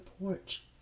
porch